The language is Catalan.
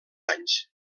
anys